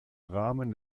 rahmen